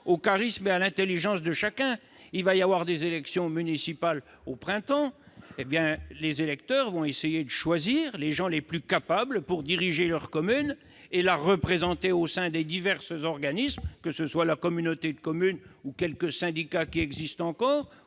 au charisme et à l'intelligence de chacun. Il y aura des élections municipales au printemps, les électeurs essayeront de choisir les gens les plus capables pour diriger leur commune et pour la représenter au sein des divers organismes, tels que la communauté de communes ou les quelques syndicats qui existent encore